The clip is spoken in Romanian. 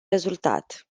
rezultat